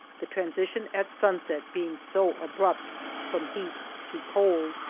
the transi tion at sunset being so abrupt from heat to cold.